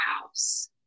house